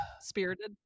Spirited